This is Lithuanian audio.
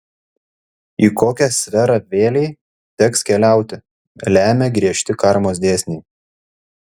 į kokią sferą vėlei teks keliauti lemia griežti karmos dėsniai